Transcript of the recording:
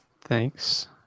thanks